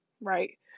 right